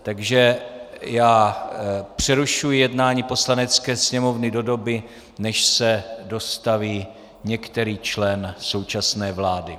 Takže já přerušuji jednání Poslanecké sněmovny do doby, než se dostaví některý člen současné vlády.